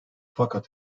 fakat